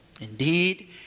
Indeed